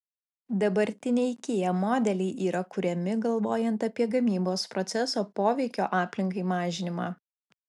dabartiniai kia modeliai yra kuriami galvojant apie gamybos proceso poveikio aplinkai mažinimą